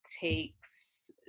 takes